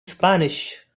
spanish